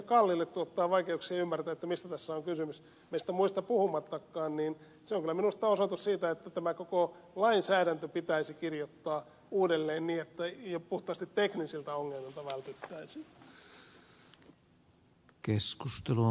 kallikselle tuottaa vaikeuksia ymmärtää mistä tässä on kysymys meistä muista puhumattakaan niin se on kyllä minusta osoitus siitä että tämä koko lainsäädäntö pitäisi kirjoittaa uudelleen niin että jo puhtaasti teknisiltä ongelmilta vältyttäisiin